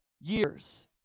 years